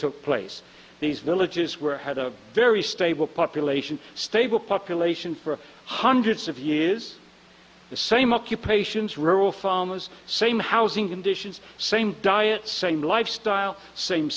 took place these villages were had a very stable population stable population for hundreds of years the same occupations rural farmers same housing conditions same diet same lifestyle same